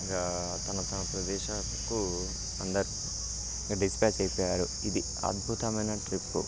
ఇక తమ తమ ప్రదేశాలకు అందరూ ఇక డిస్ప్యాచ్ అయిపోయారు ఇది అద్భుతమైన ట్రిప్పు